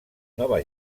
nova